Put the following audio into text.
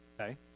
Okay